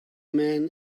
man